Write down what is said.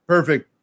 Perfect